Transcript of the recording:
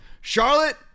Charlotte